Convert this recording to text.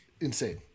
Insane